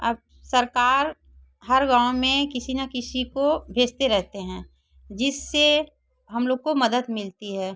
अब सरकार हर गाँव में किसी ना किसी को भेजती रहती है जिससे हम लोग को मदद मिलती है